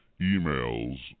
emails